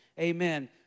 Amen